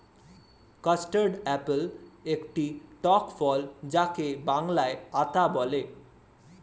custard apple একটি টক ফল যাকে বাংলায় আতা বলে